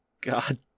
God